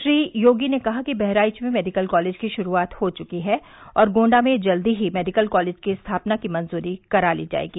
श्री योगी ने कहा कि बहराइच में मेडिकल कॉलेज की शुरूआत हो चुकी है और गोण्डा में जल्द ही मेडिकल कॉलेज की स्थापना की मंजूरी करा ली जायेगी